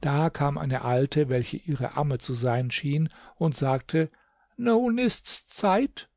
da kam eine alte welche ihre amme zu sein schien und sagte nun ist's zeit